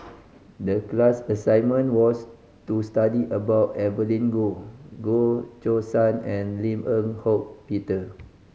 the class assignment was to study about Evelyn Goh Goh Choo San and Lim Eng Hock Peter